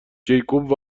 جیکوب